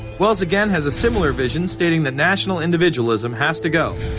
wells again has a similar vision stating that. national individualism has to go.